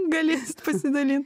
galėsit pasidalint